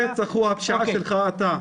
הרצח הוא ה -- -שלך, אתה.